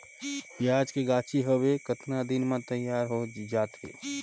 पियाज के गाछी हवे कतना दिन म तैयार हों जा थे?